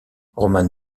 romane